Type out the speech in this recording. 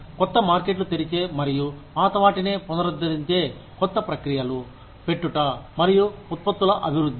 కొత్త మార్కెట్లు తెరిచే మరియు పాత వాటినే పునరుద్ధరించే కొత్త ప్రక్రియలు పెట్టుట మరియు ఉత్పత్తుల అభివృద్ధి